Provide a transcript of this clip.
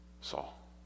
Saul